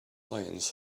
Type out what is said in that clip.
lions